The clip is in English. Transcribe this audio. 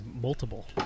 multiple